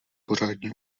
pořádně